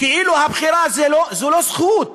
כאילו הבחירה זו לא זכות,